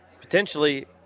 potentially